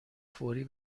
فوری